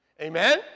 Amen